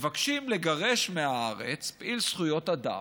מבקשים לגרש מהארץ פעיל זכויות אדם.